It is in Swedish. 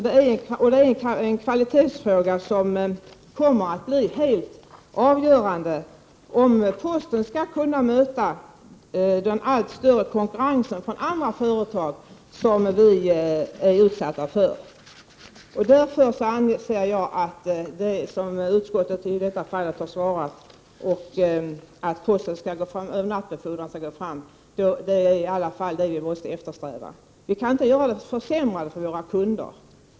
Det gäller en kvalitetsfråga som kommer att bli helt avgörande, om posten skall kunna möta den allt starkare konkurrens som posten är utsatt för från andra företag. Därför anser jag att det är så som utskottet i detta fall har skrivit, nämligen att posten skall gå fram med övernattbefordran. Det är detta vi måste eftersträva. Vi får inte genomföra försämringar för våra kunder.